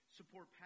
support